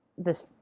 this.